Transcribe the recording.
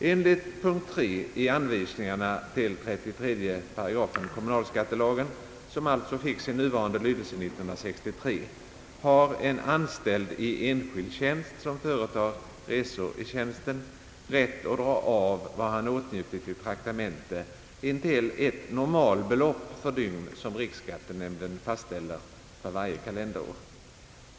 Enligt punkt 3 i anvisningarna till 33 § kommunalskattelagen, som alltså fick sin nuvarande lydelse år 1963, har en anställd i enskild tjänst som företar resor i tjänsten rätt att dra av vad han har åtnjutit i traktamente intill ett normalbelopp per dygn, som riksskattenämnden fastställer för varje kalenderår.